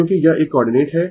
क्योंकि यह एक कोआर्डिनेट है